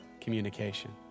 communication